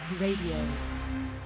Radio